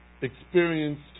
Experienced